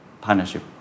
partnership